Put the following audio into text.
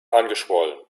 angeschwollen